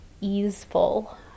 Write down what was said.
easeful